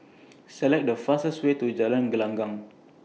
Select The fastest Way to Jalan Gelenggang